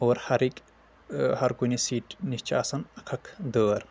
اور ہر ایک ہر کُنہِ سیٖٹہِ نِش چھِ آسان اکھ اکھ دٲر